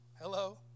Hello